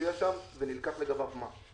מופיע שם ונלקח לגביו מס?